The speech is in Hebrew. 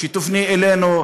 שתפנה אלינו,